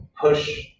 push